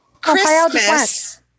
Christmas